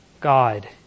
God